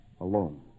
alone